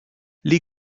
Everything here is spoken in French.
les